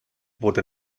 wurde